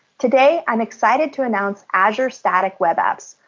today, i'm excited to announce azure static web apps,